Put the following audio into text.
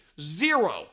zero